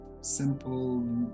simple